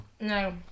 No